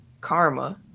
Karma